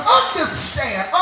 understand